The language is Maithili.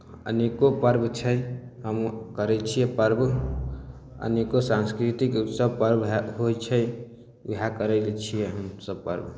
अनेकोँ पर्व छै हम करै छियै पर्व अनेकोँ सांस्कृतिक उत्सव पर्व हए होइ छै उएह करै छियै हमसभ पर्व